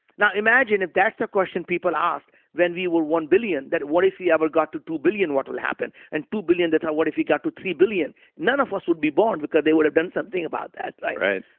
now imagine if that's a question people asked when we were one billion that what if we ever got to two billion what would happen and two billion that thought, ah what if we got to three billion. none of us would be born because they would have done something about that, right?